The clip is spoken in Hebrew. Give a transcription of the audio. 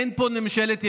אין פה ממשלת ימין,